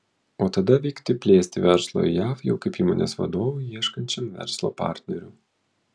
o tada vykti plėsti verslo į jav jau kaip įmonės vadovui ieškančiam verslo partnerių